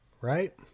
right